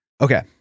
Okay